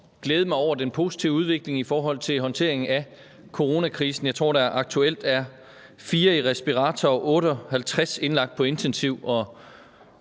glæde mig over den positive udvikling i forhold til håndteringen af coronakrisen. Jeg tror, at der aktuelt er 4 i respirator og 58 indlagt på intensivafdeling,